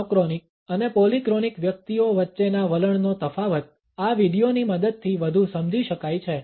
monochronic અને polychronic વ્યક્તિઓ વચ્ચેના વલણનો તફાવત આ વિડીયોની મદદથી વધુ સમજી શકાય છે